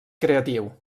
creatiu